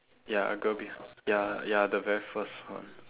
ya a girl beh~ ya ya the very first one